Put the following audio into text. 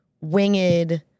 winged